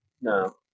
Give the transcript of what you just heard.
no